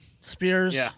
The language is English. spears